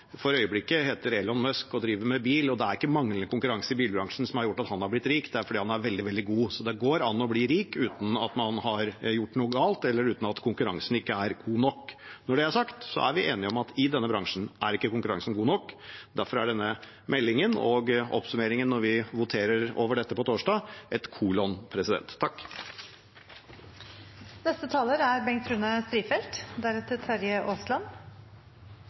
for øyeblikket heter Elon Musk og driver med bil. Det er ikke manglende konkurranse i bilbransjen som har gjort at han har blitt rik. Det er fordi han er veldig god. Så det går an å bli rik uten at man har gjort noe galt, eller at konkurransen ikke er god nok. Når det er sagt, er vi enige om at i denne bransjen er ikke konkurransen god nok. Derfor er denne meldingen og oppsummeringen når vi voterer over dette på torsdag, et kolon. Som jeg var inne på i mitt forrige innlegg, er